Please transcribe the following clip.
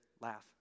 Laugh